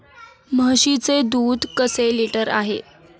म्हशीचे दूध कसे लिटर आहे?